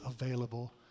available